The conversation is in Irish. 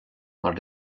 mar